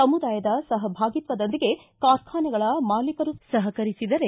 ಸಮುದಾಯದ ಸಹಭಾಗಿತ್ವದೊಂದಿಗೆ ಕಾರ್ಖಾನೆಗಳ ಮಾಲೀಕರು ಸಹಕರಿಸಿದರೆ